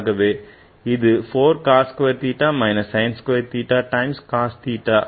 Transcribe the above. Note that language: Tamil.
ஆகவே அது 4 cos square theta minus sin square theta times sin theta ஆகும்